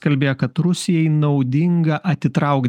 kalbėjo kad rusijai naudinga atitraukt